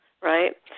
right